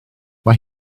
mae